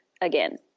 again